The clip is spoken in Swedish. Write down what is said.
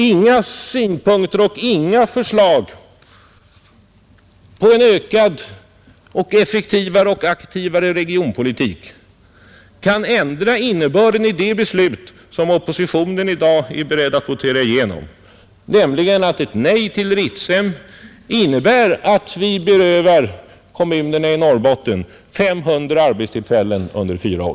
Inga synpunkter på och inga förslag om en ökad och effektivare och aktivare regionpolitik kan ändra innebörden i det beslut som oppositionen i dag är beredd att votera igenom, nämligen att ett nej till Ritsem betyder att vi berövar kommunerna i Norrbotten 500 arbetstillfällen under fyra år.